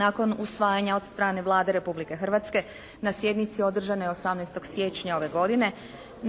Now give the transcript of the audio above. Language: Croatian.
Nakon usvajanja od strane Vlade Republike Hrvatske na sjednici održanoj 18. siječnja ove godine,